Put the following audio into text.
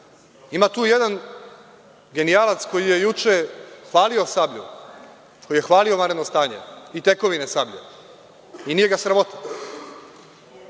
tu jedan genijalac koji je juče hvalio „Sablju“, koji je hvalio vanredno stanje i tekovine „Sablje“, i nije ga sramota.